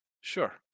Sure